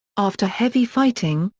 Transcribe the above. after heavy fighting,